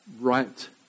right